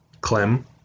Clem